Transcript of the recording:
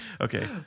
Okay